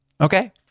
Okay